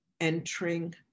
entering